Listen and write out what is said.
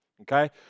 Okay